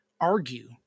argue